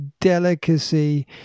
delicacy